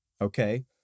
Okay